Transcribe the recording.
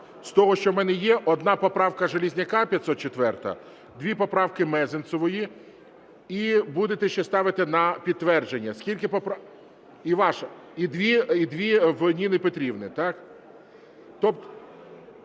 з того, що в мене є, одна поправка Железняка 504, дві поправки Мезенцової і будете ще ставити на підтвердження, і дві Ніни Петрівни.